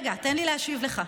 רגע, תן לי להשיב לך.